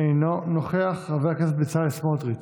אינו נוכח, חבר הכנסת בצלאל סמוטריץ'